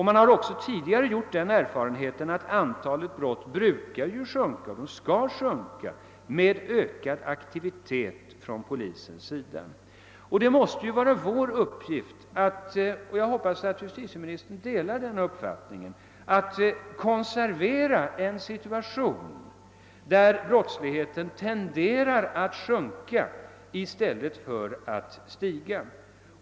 Man har också tidigare gjort den erfarenheten att antalet brott brukar minska — och skall minska — med ökad aktivitet från polisens sida. Det måste ju vara vår uppgift — jag hoppas att justitieministern delar denna uppfattning — att konservera en situation där brottsligheten tenderar att minska i stället för att öka.